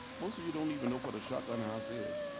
most of you don't even know what a shotgun house is.